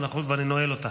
ואני נועל אותה.